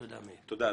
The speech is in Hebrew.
תודה, אדוני.